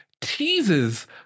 teases